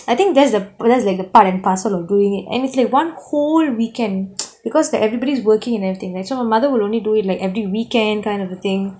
but I think that's a that's like a part and parcel of doing it and it's like one whole weekend because like everybody's working and everything that's why my mother will only do it like every weekend kind of a thing